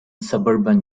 suburban